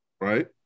right